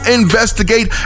investigate